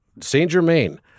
Saint-Germain